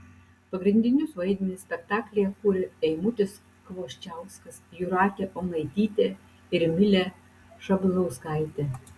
pagrindinius vaidmenis spektaklyje kuria eimutis kvoščiauskas jūratė onaitytė ir milė šablauskaitė